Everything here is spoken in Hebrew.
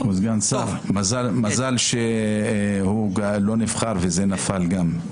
מזל שהוא לא נבחר וזה נפל גם.